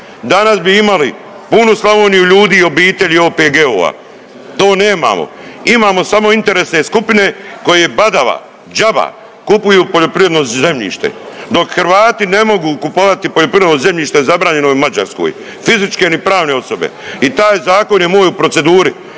danas bi imali punu Slavoniju ljudi i obitelji i OPG-ova. To nemamo, imamo samo interesne skupine koje badava, đaba kupuju poljoprivredno zemljište dok Hrvati ne mogu kupovati poljoprivredno zemljište zabranjeno je Mađarskoj fizičke ni pravne osobe i taj zakon je moj u proceduru.